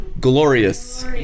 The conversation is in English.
glorious